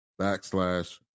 backslash